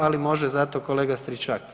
Ali može zato kolega Stričak.